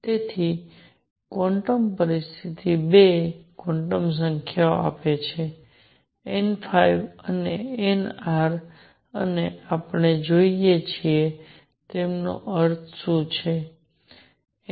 તેથી ક્વોન્ટમ પરિસ્થિતિઓ 2 ક્વોન્ટમ સંખ્યાઓ આપે છે n અને nr અને આપણે જોઈએ તેમનો અર્થ શું છે